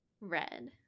red